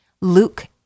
Luke